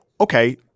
Okay